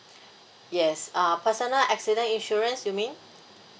yes uh personal accident insurance you mean